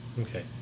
okay